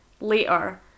later